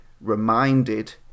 reminded